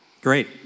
Great